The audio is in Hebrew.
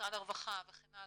ומשרד הרווחה וכן הלאה,